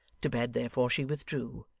to bed therefore she withdrew,